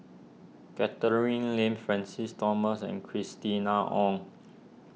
Catherine Lim Francis Thomas and Christina Ong